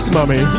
Mummy